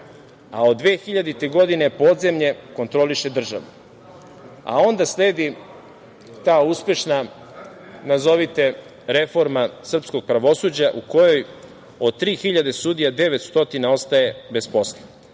a od 2000. godine podzemlje kontroliše državu. Onda sledi ta „uspešna“, nazovite reforma srpskog pravosuđa, u kojoj od 3.000 sudija 900 ostaje bez posla. Sve